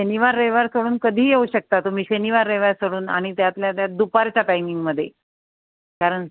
शनिवार रविवार सोडून कधी येऊ शकता तुम्ही शनिवार रविवार सोडून आणि त्यातल्या त्यात दुपारच्या टायमिंग मध्ये कारण